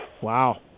Wow